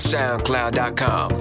SoundCloud.com